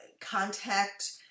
contact